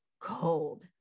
cold